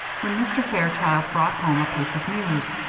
when mr. fairchild brought home a piece of news.